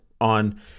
on